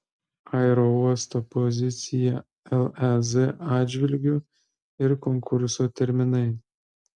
aerouosto pozicija lez atžvilgiu ir konkurso terminai